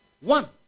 One